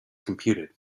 computed